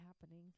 happening